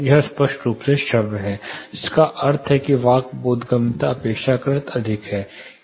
यह स्पष्ट रूप से श्रव्य है जिसका अर्थ है कि वाक् बोधगम्यता अपेक्षाकृत अधिक है